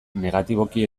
negatiboki